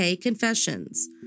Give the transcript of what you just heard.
Confessions